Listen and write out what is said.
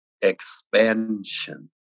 expansion